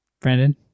Brandon